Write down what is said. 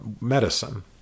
medicine